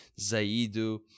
Zaidu